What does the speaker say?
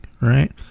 right